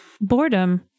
Boredom